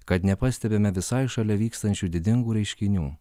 kad nepastebime visai šalia vykstančių didingų reiškinių